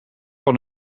van